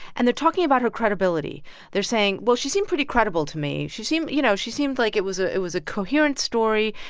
and they're talking about her credibility they're saying, well, she seemed pretty credible to me. she seemed, you know she seemed like it was ah it was a coherent story.